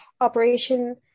operation